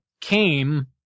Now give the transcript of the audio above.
came